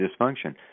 dysfunction